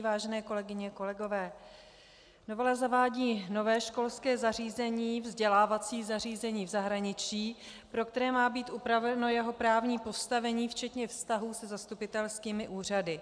Vážené kolegyně, kolegové, novela zavádí nové školské zařízení, vzdělávací zařízení v zahraničí, pro které má být upraveno jeho právní postavení včetně vztahů se zastupitelskými úřady.